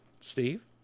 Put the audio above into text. Steve